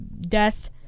death